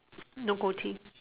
no goatee